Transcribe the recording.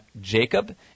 Jacob